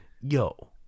yo